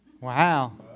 Wow